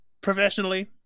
professionally